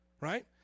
right